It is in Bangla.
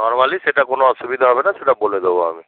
নরমালি সেটা কোনো অসুবিদা হবে না সেটা বলে দেব আমি